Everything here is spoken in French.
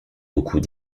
beaucoup